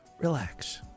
relax